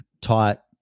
taught